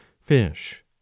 Fish